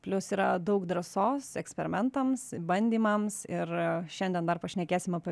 plius yra daug drąsos eksperimentams bandymams ir šiandien dar pašnekėsim apie